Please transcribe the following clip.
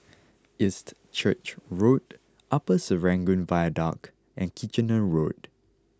East Church Road Upper Serangoon Viaduct and Kitchener Road